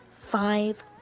five